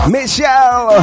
Michelle